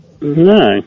No